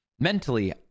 Mentally